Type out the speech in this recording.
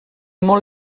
molt